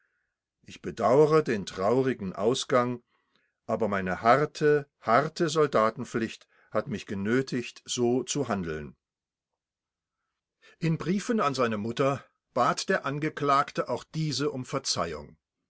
ich bedauere den traurigen ausgang aber meine harte harte soldatenpflicht hat mich genötigt so zu handeln in briefen an seine mutter bat der angeklagte auch diese um verzeihung